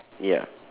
ya